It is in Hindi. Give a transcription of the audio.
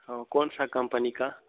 हाँ कौन सा कंपनी का